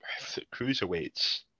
cruiserweights